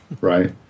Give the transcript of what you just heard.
Right